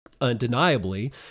Undeniably